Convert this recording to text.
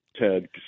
Ted